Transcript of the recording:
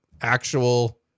actual